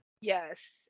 Yes